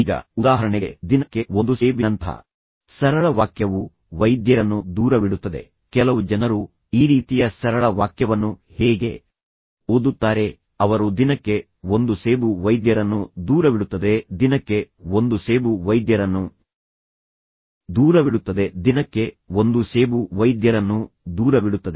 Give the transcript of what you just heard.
ಈಗ ಉದಾಹರಣೆಗೆ ದಿನಕ್ಕೆ ಒಂದು ಸೇಬಿನಂತಹ ಸರಳ ವಾಕ್ಯವು ವೈದ್ಯರನ್ನು ದೂರವಿಡುತ್ತದೆ ಕೆಲವು ಜನರು ಈ ರೀತಿಯ ಸರಳ ವಾಕ್ಯವನ್ನು ಹೇಗೆ ಓದುತ್ತಾರೆ ಅವರು ದಿನಕ್ಕೆ ಒಂದು ಸೇಬು ವೈದ್ಯರನ್ನು ದೂರವಿಡುತ್ತದೆ ದಿನಕ್ಕೆ ಒಂದು ಸೇಬು ವೈದ್ಯರನ್ನು ದೂರವಿಡುತ್ತದೆ ದಿನಕ್ಕೆ ಒಂದು ಸೇಬು ವೈದ್ಯರನ್ನು ದೂರವಿಡುತ್ತದೆ